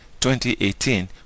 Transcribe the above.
2018